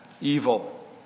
evil